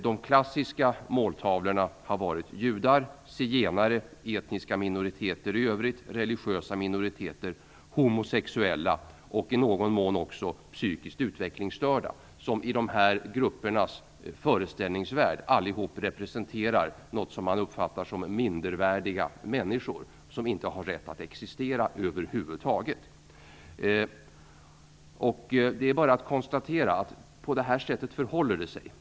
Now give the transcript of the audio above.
De klassiska måltavlorna har varit judar, zigenare, etniska minoriteter i övrigt, religiösa minoriteter, homosexuella och i någon mån också psykiskt utvecklingsstörda. Dessa representerar i de rasistiska och nazistiska gruppernas föreställningsvärld något som uppfattas som "mindervärdiga människor", som över huvud taget inte har rätt att existera. Det är bara att konstatera att det förhåller sig på det här sättet.